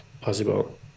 possible